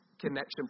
connection